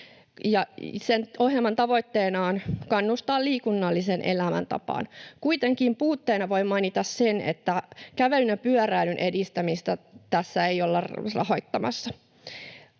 Ohjelman tavoitteena on kannustaa liikunnalliseen elämäntapaan. Kuitenkin puutteena voi mainita sen, että kävelyn ja pyöräilyn edistämistä tässä ei olla rahoittamassa.